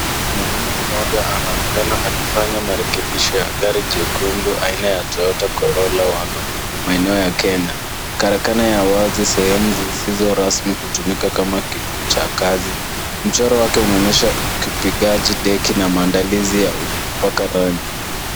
Mwanamume mmoja anaonekana akifanya marekebisho ya gari jekundu aina ya Toyota Corolla Wagon maeneo ya Kenya. Karakana ya wazi sehemu zisizo rasmi kutumika kama kituo cha kazi. Mchoro wake unaonesha ukipigaji, deki na maandalizi ya kupaka rangi.